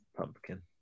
pumpkin